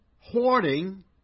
hoarding